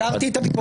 הזכרתי את הביקורת.